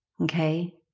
Okay